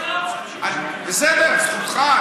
בסדר, זכותך.